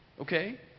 okay